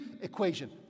equation